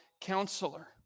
Counselor